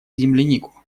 землянику